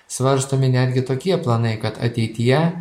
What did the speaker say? svarstomi netgi tokie planai kad ateityje